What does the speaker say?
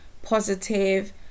positive